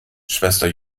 schwester